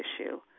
issue